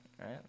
right